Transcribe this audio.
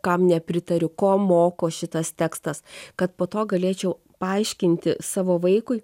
kam nepritariu ko moko šitas tekstas kad po to galėčiau paaiškinti savo vaikui